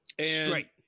Straight